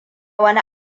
wani